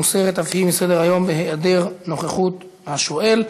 מוסרת אף היא מסדר-היום בהיעדר נוכחות השואל.